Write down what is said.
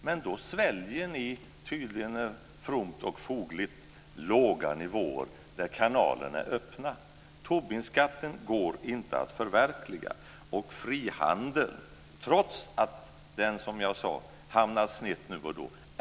Men då sväljer ni tydligen fromt och fogligt låga nivåer trots att kanalerna är öppna. Tobinskatten går inte att förverkliga. Frihandeln är vägen framåt, trots att den som jag sade hamnar snett då och då.